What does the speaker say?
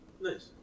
Nice